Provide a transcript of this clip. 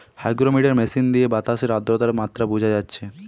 hygrometer machine দিয়ে বাতাসের আদ্রতার মাত্রা বুঝা যাচ্ছে